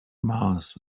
mars